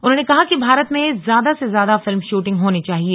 उन्होंने कहा कि भारत में ज्यादा से ज्यादा फिल्म शूटिंग होनी चाहिए